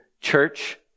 church